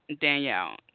Danielle